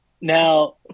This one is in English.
Now